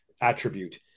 attribute